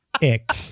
ick